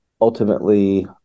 ultimately